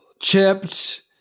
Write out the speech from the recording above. Chipped